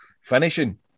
finishing